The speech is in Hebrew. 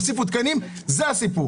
תוסיפו תקנים זה הסיפור.